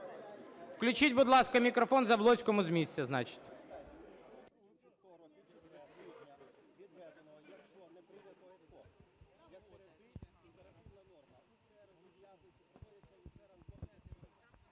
Включіть, будь ласка, мікрофон Заблоцькому з місця, значить.